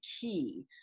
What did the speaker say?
key